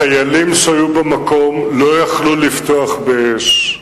החיילים שהיו במקום לא היו יכולים לפתוח באש.